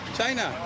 China